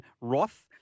Roth